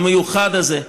המיוחד הזה,